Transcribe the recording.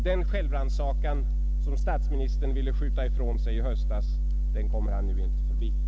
Den självrannsakan som statsministern ville skjuta ifrån sig i höstas kommer han nu inte förbi.